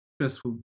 Stressful